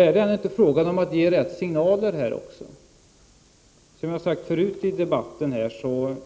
Är det inte frågan om att också ge riktiga signaler? Som jag har sagt förut i debatten ser